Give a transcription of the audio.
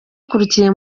akurikiye